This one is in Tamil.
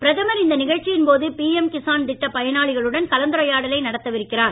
பிரதமர் இந்நிகழ்ச்சியின் போது பிஎம் கிசான் திட்டப் பயனாளிகளுடன் கலந்துரையாடலை நடத்த இருக்கிறார்